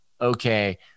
okay